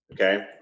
Okay